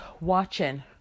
watching